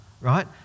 right